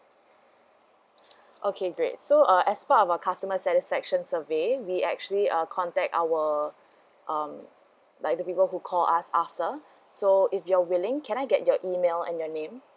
okay great so uh as for our customer satisfaction survey we actually uh contact our um like the people who call us after so if you're willing can I get your email and your name